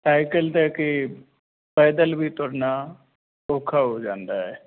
cycle ਤੇ ਕੀ ਪੈਦਲ ਵੀ ਤੁਰਨਾ ਔਖਾ ਹੋ ਜਾਂਦਾ ਹੈ